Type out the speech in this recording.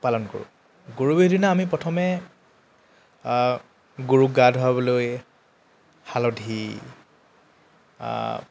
পালন কৰোঁ গৰু বিহু দিনা আমি প্ৰথমে গৰুক গা ধুৱাবলৈ হালধি